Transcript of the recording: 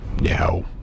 Now